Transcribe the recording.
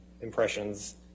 impressions